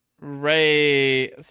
Ray